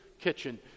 kitchen